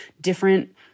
different